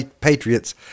patriots